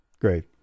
Great